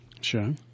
Sure